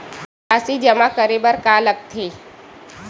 राशि जमा करे बर का का लगथे?